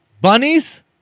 bunnies